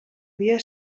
dia